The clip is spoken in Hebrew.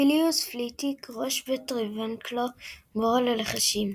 פיליוס פליטיק – ראש בית רייבנקלו, מורה ללחשים.